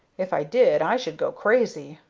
if i did, i should go crazy.